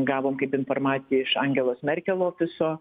gavom kaip informaciją iš angelos merkel ofiso